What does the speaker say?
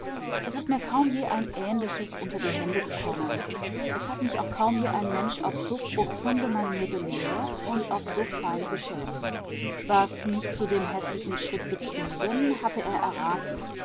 es ist mir kaum je ein ähnliches unter die hände gekommen es hat mich auch kaum je ein mensch auf so profunde manier belehrt und auf so feine beschämt was mich zu dem häßlichen schritt getrieben hatte er erraten